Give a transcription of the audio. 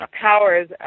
powers